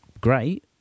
great